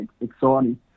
exciting